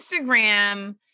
Instagram